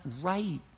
right